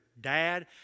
dad